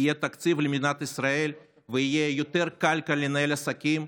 יהיה תקציב למדינת ישראל ויהיה יותר קל לנהל עסקים,